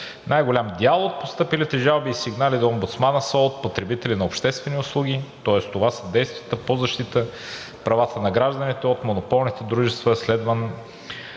Най-голям дял от постъпилите жалби и сигнали до омбудсмана са от потребители на обществени услуги, тоест това са действията по защита правата на гражданите от монополните дружества, следват